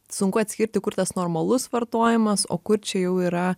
sunku atskirti kur tas normalus vartojimas o kur čia jau yra